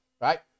right